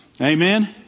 Amen